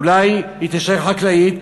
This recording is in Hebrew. אולי היא תישאר חקלאית,